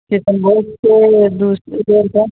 किशन भोगके दू डेढ़ सए